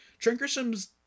Trinkersham's